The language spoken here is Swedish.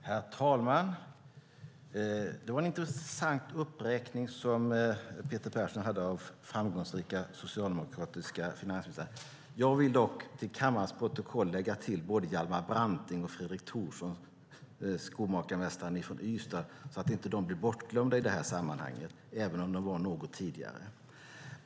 Herr talman! Det var en intressant uppräkning Peter Persson gjorde av framgångsrika socialdemokratiska finansministrar. Jag vill för kammarens protokoll lägga till både Hjalmar Branting och Fredrik Thorsson, skomakarsonen från Ystad, så att de inte blir bortglömda i det här sammanhanget, även om de var verksamma något tidigare.